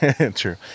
True